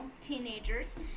teenagers